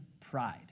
pride